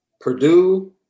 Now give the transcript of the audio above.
Purdue